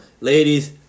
Ladies